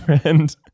friend